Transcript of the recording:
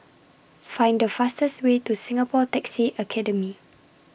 Find The fastest Way to Singapore Taxi Academy